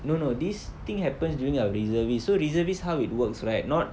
no no this thing happens during our reservist so reservist how it works right not